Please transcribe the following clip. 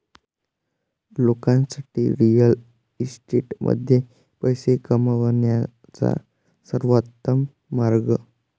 लोकांसाठी रिअल इस्टेटमध्ये पैसे कमवण्याचा सर्वोत्तम मार्ग